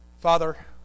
Father